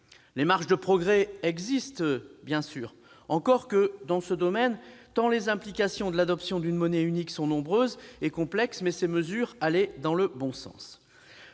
Les marges de progrès existent encore, bien sûr, dans ce domaine, tant les implications de l'adoption d'une monnaie unique sont nombreuses et complexes, mais ces mesures allaient dans le bon sens.